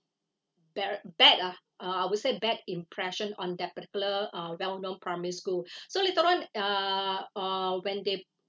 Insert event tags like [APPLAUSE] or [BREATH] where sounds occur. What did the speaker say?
very bad ah uh I would say bad impression on that particular uh well known primary school [BREATH] so later on uh uh when they